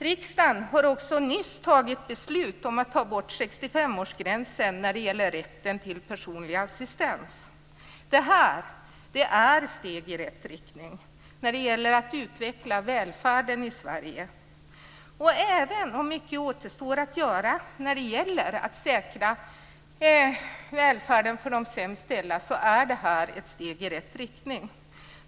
Riksdagen har också nyss fattat beslut om att ta bort 65-årsgränsen för rätt till personlig assistent. Detta är steg i rätt riktning när det gäller att utveckla välfärden i Sverige. Även om mycket återstår att göra för att säkra välfärden för de sämst ställda så är detta steg i rätt riktning.